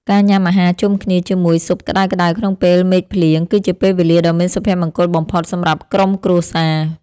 ការញ៉ាំអាហារជុំគ្នាជាមួយស៊ុបក្ដៅៗក្នុងពេលមេឃភ្លៀង គឺជាពេលវេលាដ៏មានសុភមង្គលបំផុតសម្រាប់ក្រុមគ្រួសារ។